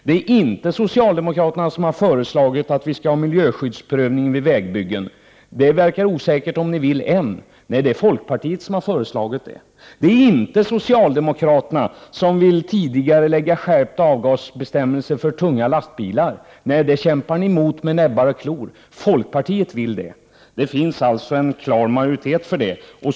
Det är inte socialdemokraterna som har föreslagit att vi skall ha miljöskyddsprövning vid vägbyggen. Det förefaller osäkert om ni vill det än. Det är folkpartiet som har föreslagit det. Det är inte socialdemokraterna som vill tidigarelägga införandet av skärpta avgasbestämmelser för tunga lastbilar. Nej, det kämpar ni emot med näbbar och klor. Folkpartiet vill det. Det finns alltså en klar majoritet för det.